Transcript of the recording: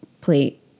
plate